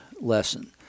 lesson